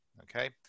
okay